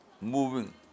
moving